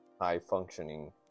high-functioning